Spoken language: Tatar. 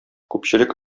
күпчелек